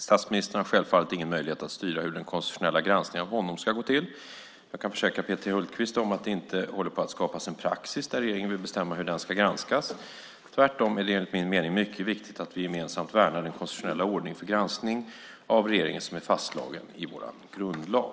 Statsministern har självfallet ingen möjlighet att styra hur den konstitutionella granskningen av honom ska gå till. Jag kan försäkra Peter Hultqvist om att det inte håller på att skapas en praxis där regeringen vill bestämma hur den ska granskas. Tvärtom är det enligt min mening mycket viktigt att vi gemensamt värnar den konstitutionella ordning för granskning av regeringen som är fastslagen i vår grundlag.